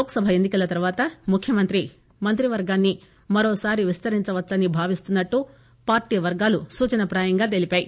లోక్ సభ ఎన్ని కల తర్వాత ముఖ్యమంత్రి మంత్రివర్గాన్ని మరోసారి విస్తరించ వచ్చని భావిస్తున్నట్లు పార్టీ వర్గాలు సూచనప్రాయంగా తెలిపాయి